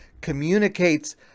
communicates